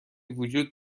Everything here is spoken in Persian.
وجود